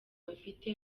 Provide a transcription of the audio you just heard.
bafite